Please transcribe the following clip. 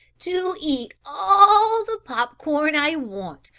to eat all the pop-corn i want,